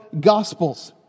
Gospels